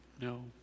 no